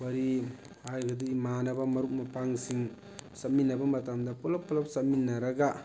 ꯋꯥꯔꯤ ꯍꯥꯏꯔꯒꯗꯤ ꯃꯥꯟꯅꯕ ꯃꯔꯨꯞ ꯃꯄꯥꯡꯁꯤꯡ ꯆꯠꯃꯤꯟꯅꯕ ꯃꯇꯝꯗ ꯄꯨꯜꯂꯞ ꯄꯨꯜꯂꯞ ꯆꯠꯃꯤꯟꯅꯔꯒ